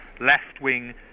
left-wing